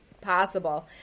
possible